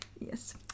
Yes